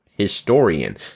Historian